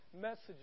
messages